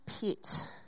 pit